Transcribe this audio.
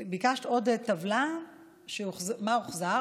ביקשת עוד טבלה של מה שהוחזר,